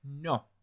No